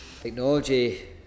technology